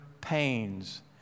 pains